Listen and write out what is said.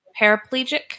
paraplegic